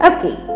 Okay